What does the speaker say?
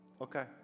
Okay